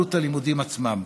עלות הלימודים עצמם?